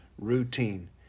routine